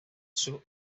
sus